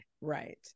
Right